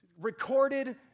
recorded